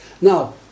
Now